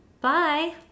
bye